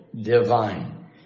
divine